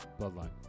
Bloodline